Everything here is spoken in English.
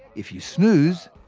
if you snooze,